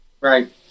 Right